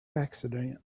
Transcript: accident